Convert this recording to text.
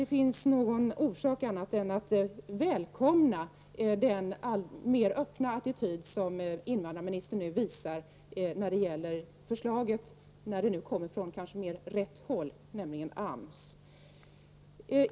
Det finns ingen orsak att göra annat än att välkomna den öppnare attityden från invandrarministerns sida beträffande det aktuella förslaget — kanske är det så, att förslaget nu kommer från rätt håll, nämligen från AMS.